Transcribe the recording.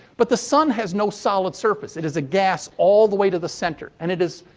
but the sun has no solid surface. it is a gas all the way to the center. and it is,